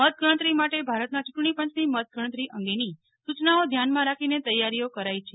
મતગણતરી માટે ભારતના ચૂંટણી પંચની મત ગણતરી અંગેની સુચનાઓ ધ્યાનમાં રાખીને તૈયારીઓ કરાઈ છે